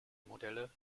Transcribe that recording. modelle